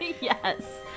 Yes